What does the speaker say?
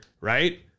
Right